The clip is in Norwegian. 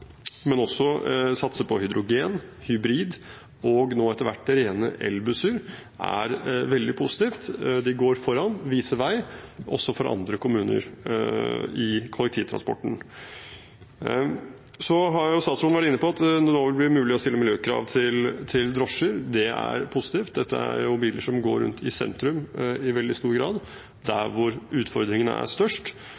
på hydrogen, hybrid og nå etter hvert rene elbusser, og det er veldig positivt. De går foran og viser vei også for andre kommuner når det gjelder kollektivtransporten. Så har statsråden vært inne på at det nå vil bli mulig å stille miljøkrav til drosjer. Det er positivt. Dette er biler som går rundt i sentrum i veldig stor grad, der